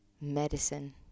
medicine